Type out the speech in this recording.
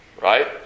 right